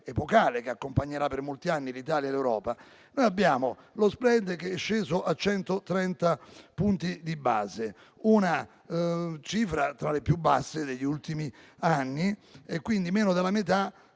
che accompagnerà per molti anni l'Italia e l'Europa. Lo *spread* è sceso a 130 punti di base, una cifra tra le più basse degli ultimi anni, pari a meno della metà